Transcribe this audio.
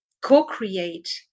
co-create